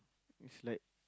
it's like